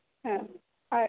হ্যাঁ আর